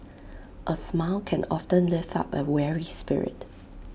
A smile can often lift up A weary spirit